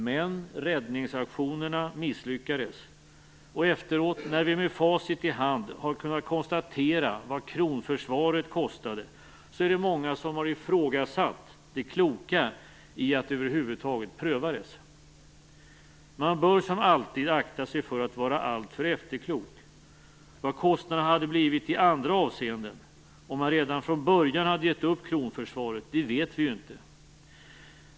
Men räddningsaktionerna misslyckades, och efteråt, när vi med facit i hand har kunnat konstatera vad kronförsvaret kostade, är det många som har ifrågasatt det kloka i att över huvud taget pröva dessa. Man bör som alltid akta sig för att vara alltför efterklok. Vad kostnaderna hade blivit i andra avseenden om man redan från början hade gett upp kronförsvaret, det vet vi inte.